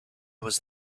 was